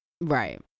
Right